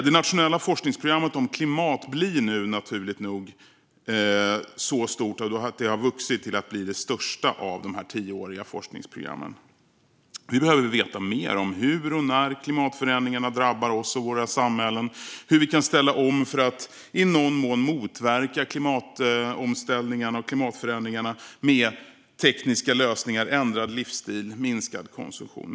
Det nationella forskningsprogrammet om klimat har naturligt nog vuxit till att bli det största av dessa tioåriga forskningsprogram. Vi behöver veta mer om hur och när klimatförändringarna drabbar oss och våra samhällen, hur vi kan ställa om för att i någon mån motverka klimatförändringarna med tekniska lösningar, ändrad livsstil och minskad konsumtion.